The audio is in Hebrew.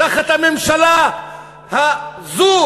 תחת הממשלה הזאת,